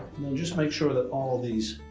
then just make sure that all these